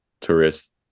tourists